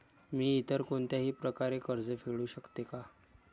मी इतर कोणत्याही प्रकारे कर्ज फेडू शकते का?